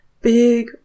big